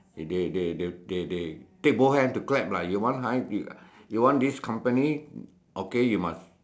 they they they they they take both hands to clap lah you want high you want this company okay you must